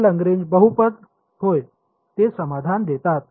हो लग्रेंज बहुपद होय ते समाधान देतात